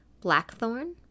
blackthorn